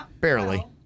Barely